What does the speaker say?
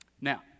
Now